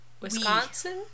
Wisconsin